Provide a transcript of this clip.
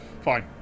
Fine